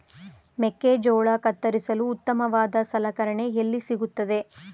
ಮೆಕ್ಕೆಜೋಳ ಕತ್ತರಿಸಲು ಉತ್ತಮವಾದ ಸಲಕರಣೆ ಎಲ್ಲಿ ಸಿಗುತ್ತದೆ?